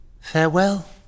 Farewell